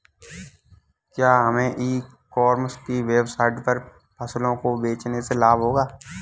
क्या हमें e commerce की वेबसाइट पर फसलों को बेचने से लाभ होगा?